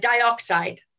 dioxide